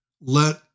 let